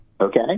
Okay